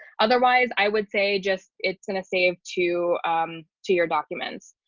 otherwise i would say just it's going to save to um to your documents.